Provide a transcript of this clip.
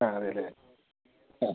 ആ അതെ അല്ലെ ആ